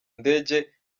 ndege